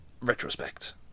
retrospect